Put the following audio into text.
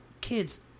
kids